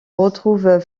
retrouve